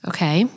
Okay